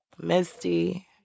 Misty